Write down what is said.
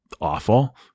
awful